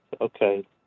okay